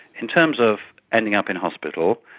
in terms of ending up in hospital,